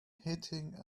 hitting